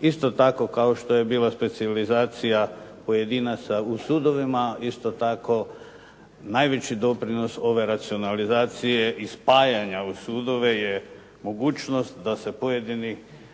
isto tako kao što je bila specijalizacija pojedinaca u sudovima, isto tako najveći doprinos ove racionalizacije i spajanja u sudove je mogućnost da se pojedini